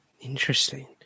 Interesting